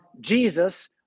Jesus